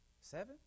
Seven